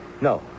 no